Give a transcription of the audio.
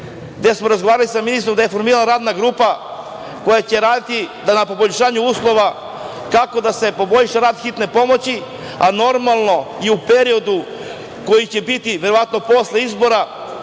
gde smo razgovarali sa ministrom, gde je formirana radna grupa koja će raditi na poboljšanju uslova kako da se poboljša rad hitne pomoći, a normalno, i u periodu koji će biti verovatno posle izbora,